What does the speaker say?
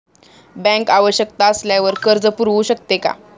Bank आवश्यकता असल्यावर कर्ज पुरवू शकते का?